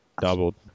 Doubled